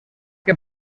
què